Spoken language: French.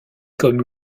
comme